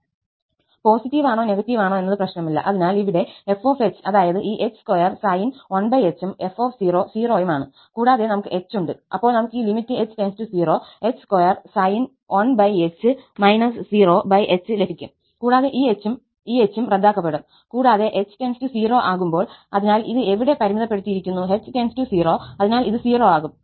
positive ആണോ negative ആണോ എന്നത് പ്രശ്നമില്ല അതിനാൽ ഇവിടെ f അതായത് ഈ h2sin 1 h ഉം f 0 ഉം ആണ് കൂടാതെ നമുക് h ഉണ്ട് അപ്പോൾ നമുക് ഈ h0 h2sin 1h 0hലഭിക്കും കൂടാതെ ഈ h ഉം h ഉം റദ്ദാക്കപ്പെടും കൂടാതെ h → 0 ആകുമ്പോൾ അതിനാൽ ഇത് ഇവിടെ പരിമിതപ്പെടുത്തിയിരിക്കുന്നു h → 0അതിനാൽ ഇത് 0 ആകും